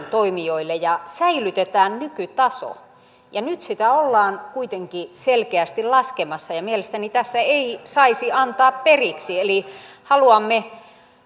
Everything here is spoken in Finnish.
toimijoihin ja säilytetään nykytaso nyt sitä ollaan kuitenkin selkeästi laskemassa ja ja mielestäni tässä ei saisi antaa periksi eli haluamme